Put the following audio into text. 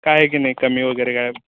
काय हाय की नाही कमी वगैरे काय